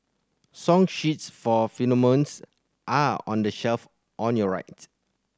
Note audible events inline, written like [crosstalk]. song sheets for [unintelligible] are on the shelf on your right